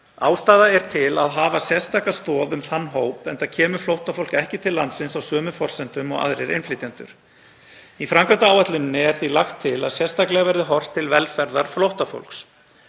Ástæða er til að hafa sérstaka stoð um þann hóp enda kemur flóttafólk ekki til landsins á sömu forsendum og aðrir innflytjendur. Í framkvæmdaáætluninni er því lagt til að sértaklega verði horft til velferðar flóttafólks.